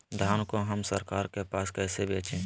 धान को हम सरकार के पास कैसे बेंचे?